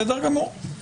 בסדר גמור.